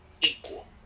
equal